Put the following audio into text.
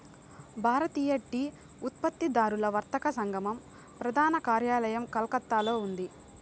భారతీయ tea ఉత్పత్తిదారుల వర్తక సంఘం ప్రధాన కార్యాలయం కలకత్తాలో ఉంది